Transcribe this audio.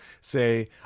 say